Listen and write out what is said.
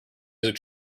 music